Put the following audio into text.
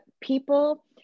people